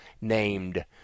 named